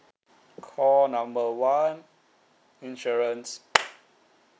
call number one insurance